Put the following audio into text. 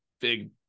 big